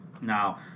Now